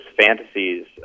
fantasies